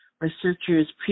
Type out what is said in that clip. researchers